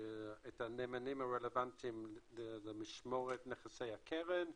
את הנאמנים הרלוונטיים למשמורת נכסי הקרן,